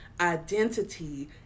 identity